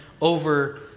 over